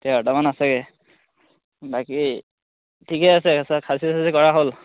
তেৰটামান আছে বাকী ঠিকে আছে খাচী চাচি কৰা হ'ল